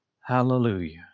Hallelujah